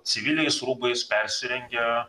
civiliais rūbais persirengę